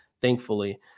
thankfully